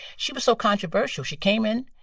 she was so controversial. she came in,